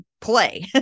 play